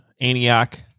Antioch